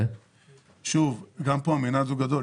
גם פה המנעד הוא גדול.